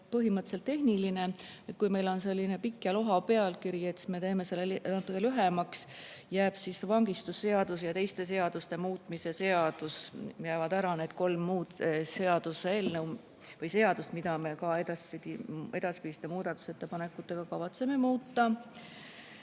põhimõtteliselt tehniline. Kui meil on selline pikk ja lohisev pealkiri, siis me teeme selle natuke lühemaks. Jääb vangistusseaduse ja teiste seaduste muutmise seadus, jäävad ära need kolm muud seadust, mida me edaspidiste muudatusettepanekutega kavatseme muuta.